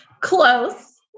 Close